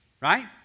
Right